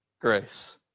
grace